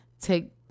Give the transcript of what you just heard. Take